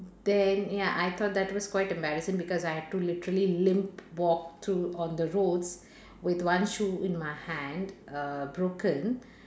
then ya I thought that was quite embarrassing because I had to literally limp walk to on the roads with one shoe in my hand err broken